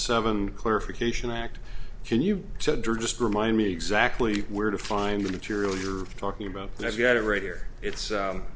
seven clarification act can you just remind me exactly where to find the material you're talking about and i've got it right here it's